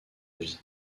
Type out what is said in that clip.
vie